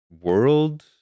world